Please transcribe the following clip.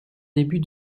début